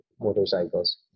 motorcycles